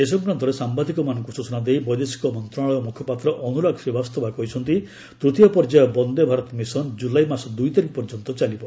ଏ ସଂକ୍ରାନ୍ତରେ ସାମ୍ବାଦିକମାନଙ୍କୁ ସୂଚନା ଦେଇ ବୈଦେଶିକ ମନ୍ତ୍ରଣାଳୟ ମୁଖପାତ୍ର ଅନୁରାଗ ଶ୍ରୀବାସ୍ତବା କହିଛନ୍ତି ତୂତୀୟ ପର୍ଯ୍ୟାୟ ବନ୍ଦେ ଭାରତ ମିଶନ୍ ଜୁଲାଇ ମାସ ଦୁଇ ତାରିଖ ପର୍ଯ୍ୟନ୍ତ ଚାଲିବ